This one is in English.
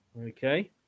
Okay